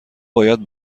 باید